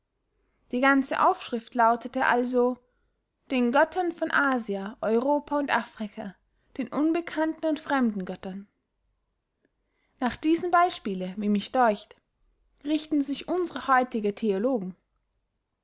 die ganze aufschrift lautete also den göttern von asia europa und afrika den unbekannten und fremden göttern nach diesem beyspiele wie mich deucht richten sich unsre heutige theologen